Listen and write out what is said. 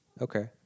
Okay